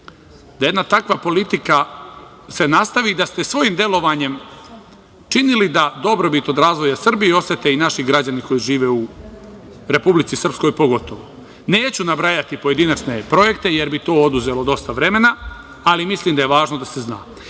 da jedna takva politika se nastavi, da ste svojim delovanjem činili da dobrobit od razvoja Srbije osete i naši građani koji žive u Republici Srpskoj, pogotovo. Neću nabrajati pojedinačne projekte jer bi to oduzelo dosta vremena, ali mislim da je važno da se zna,